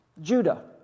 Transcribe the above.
Judah